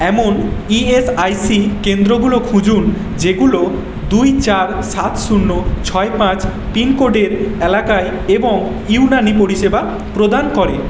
এমন E S I C কেন্দ্রগুলো খুঁজুন যেগুলো দুই চার সাত শূন্য ছয় পাঁচ পিনকোডের এলাকায় এবং ইউনানী পরিষেবা প্রদান করে